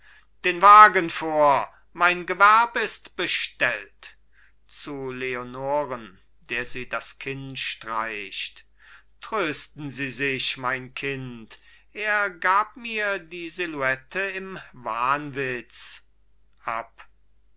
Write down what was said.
den wagen vor mein gewerb ist bestellt zu leonoren der sie das kinn streicht trösten sie sich mein kind er gab mir die silhouette im wahnwitz ab